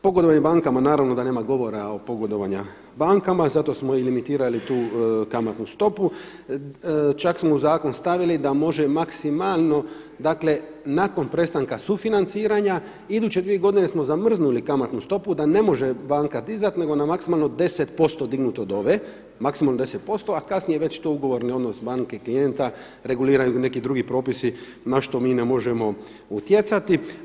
Pogodovanje bankama, naravno da nema govora o pogodovanju bankama, zato smo i limitirali tu kamatnu stopu, čak smo u zakon stavili da može maksimalno nakon prestanka sufinanciranja iduće dvije godine smo zamrznuli kamatnu stopu da ne može banka dizati nego na maksimalno 10% dignut od ove, maksimalno 10%, a kasnije već to ugovorni odnos banke i klijenta reguliraju neki drugi propisi na što mi ne možemo utjecati.